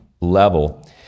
level